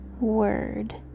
word